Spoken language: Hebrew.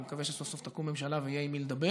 ואני מקווה שסוף-סוף תקום ממשלה ויהיה עם מי לדבר.